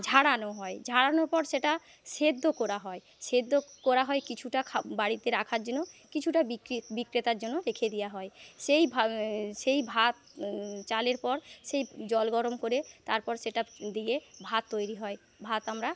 ঝাড়ানো হয় ঝাড়ানোর পর সেটা সেদ্ধ করা হয় সেদ্ধ করা হয় কিছুটা খা বাড়িতে রাখার জন্য কিছুটা বিক্রি বিক্রেতার জন্য রেখে দেওয়া হয় সেই ভা সেই ভাত চালের পর সেই জল গরম করে তারপর সেটা দিয়ে ভাত তৈরি হয় ভাত আমরা